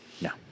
No